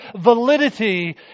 validity